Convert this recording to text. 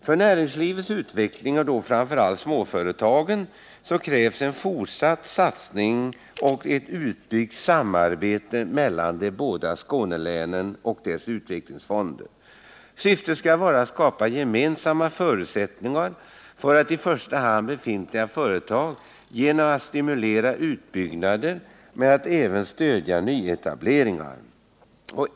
För näringslivets utveckling, och framför allt för småföretagen, krävs en fortsatt satsning och ett utbyggt samarbete mellan de båda Skånelänen och deras utvecklingsfonder. Syftet skall vara att skapa gynnsamma förutsättningar för i första hand befintliga företag genom att stimulera utbyggnader men även att stödja nyetableringar.